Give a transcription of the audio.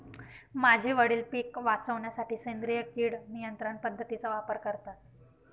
माझे वडील पिक वाचवण्यासाठी सेंद्रिय किड नियंत्रण पद्धतीचा वापर करतात